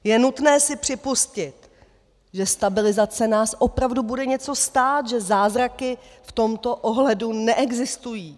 Je nutné si připustit, že stabilizace nás opravdu bude něco stát, že zázraky v tomto ohledu neexistují.